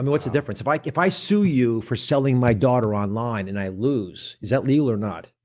and what's the difference? if like if i sue you for selling my daughter online and i lose, is that legal or not?